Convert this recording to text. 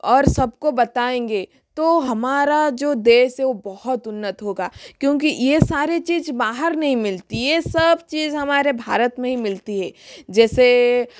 और सबको बताऍंगे तो हमारा जो देश है वह बहुत उन्नत होगा क्यूँकि यह सारे चीज़ बाहर नई मिलती यह सब चीज़ हमारे भारत में ही मिलती है जैसे